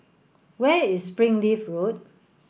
where is Springleaf Road